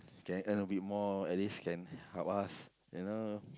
scared and a bit more at least can help us you know